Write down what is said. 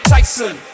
Tyson